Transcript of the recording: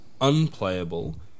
unplayable